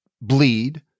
bleed